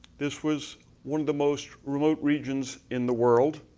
this was one of the most remote regions in the world.